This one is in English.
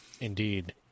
Indeed